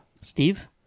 Steve